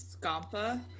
Scampa